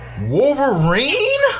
Wolverine